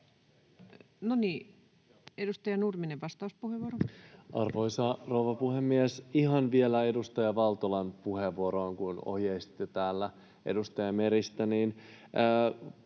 muuttamisesta Time: 21:44 Content: Arvoisa rouva puhemies! Ihan vielä edustaja Valtolan puheenvuoroon, kun ohjeistitte täällä edustaja Meristä: